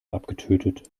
abgetötet